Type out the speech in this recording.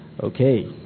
Okay